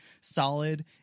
solid